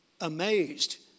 amazed